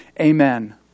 Amen